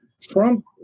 Trump